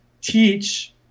teach